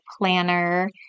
planner